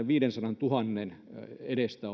viidensadantuhannen edestä